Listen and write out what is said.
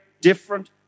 different